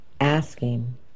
asking